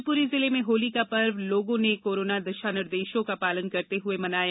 शिवपुरी जिले में होली का पर्व लोगों ने कोरोना दिशा निर्देशों का पालन करते हुए मनाया